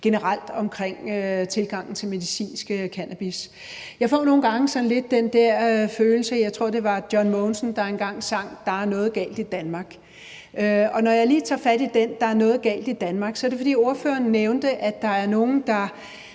generelt omkring tilgangen til medicinsk cannabis. Jeg får nogle gange sådan lidt den der følelse af – jeg tror, det var John Mogensen, der sang det – at der er noget galt i Danmark. Og når jeg lige tager fat i det med, at der er noget galt i Danmark, så er det, fordi ordføreren nævnte, at der er nogen, der